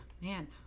Man